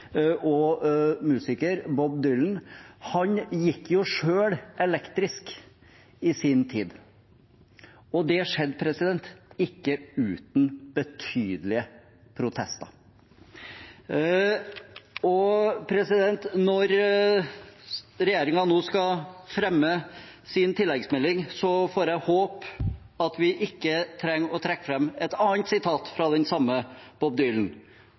og musiker, Bob Dylan. Han gikk selv elektrisk i sin tid, og det skjedde ikke uten betydelige protester. Når regjeringen nå skal fremme sin tilleggsmelding, får jeg håpe at vi ikke trenger å trekke fram et annet sitat fra den samme